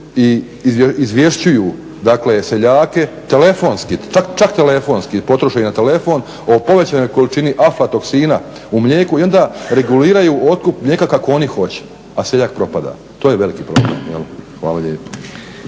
i izvješćuju, dakle seljake telefonski, čak telefonski potroše i na telefon o povećanoj količini aflatoksina u mlijeku i onda reguliraju otkup mlijeka kako oni hoće, a seljak propada. To je veliki problem. Hvala lijepo.